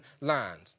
land